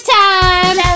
time